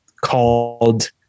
called